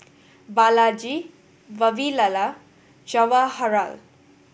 Balaji Vavilala and Jawaharlal